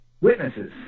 Witnesses